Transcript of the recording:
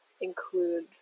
include